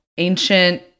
ancient